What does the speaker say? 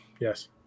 Yes